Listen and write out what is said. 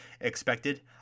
expected